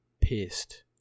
pissed